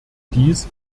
dies